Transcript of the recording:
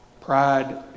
pride